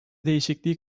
değişikliği